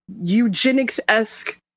eugenics-esque